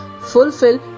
fulfill